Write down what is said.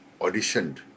auditioned